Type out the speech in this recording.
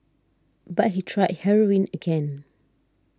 but he tried heroin again